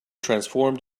transformed